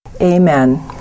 Amen